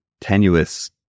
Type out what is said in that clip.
tenuous